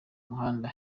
umuhanda